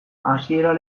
hasieran